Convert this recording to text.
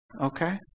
okay